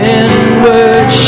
inward